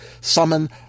summon